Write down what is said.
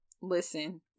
listen